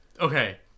Okay